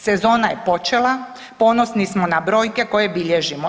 Sezona je počela, ponosni smo na brojke koje bilježimo.